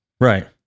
Right